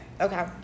Okay